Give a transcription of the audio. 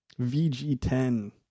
VG10